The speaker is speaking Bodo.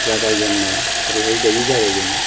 जागायजेननाय ओरैहाय बोरै जागायजेननो